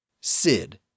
Sid